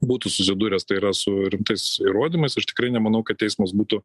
būtų susidūręs tai yra su rimtais įrodymais aš tikrai nemanau kad teismas būtų